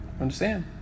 understand